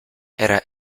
era